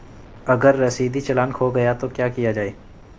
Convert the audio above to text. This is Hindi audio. अगर रसीदी चालान खो गया तो क्या किया जाए?